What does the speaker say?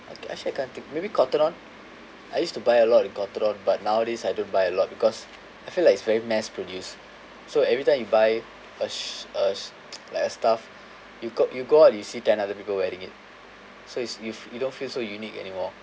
okay actually I can't think maybe Cotton On I used to buy a lot in Cotton On but nowadays I don't buy a lot because I feel like it's very mass produced so everytime you buy a sh~ a sh~ like a stuff you g~ you go out you see ten other people wearing it so is you fe~ you don't feel so unique anymore